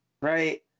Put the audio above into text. right